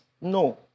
No